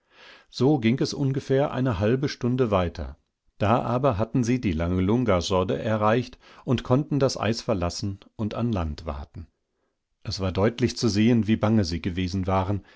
so ging es ungefähr eine halbe stunde weiter da aber hatten sie die lange lungarsodde erreicht und konnten das eis verlassen und an land waten es war deutlich zu sehen wie bange sie gewesen waren